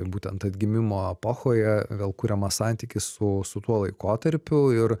būtent atgimimo epochoje vėl kuriamas santykis su su tuo laikotarpiu ir